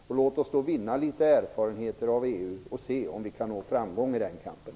Låt oss då vinna erfarenheter av EU och se om vi kan nå framgång i den kampen.